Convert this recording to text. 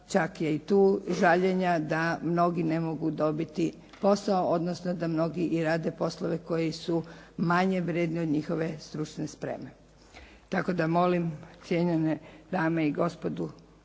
čak je i tu žaljenja da mnogi ne mogu dobiti posao, odnosno da mnogi i rade poslove koji su manje vrijedni od njihove stručne spreme. Tako da molim cijenjene dame i gospodu